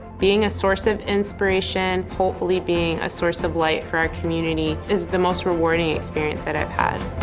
being a source of inspiration, hopefully being a source of light for our community is the most rewarding experience that i've had.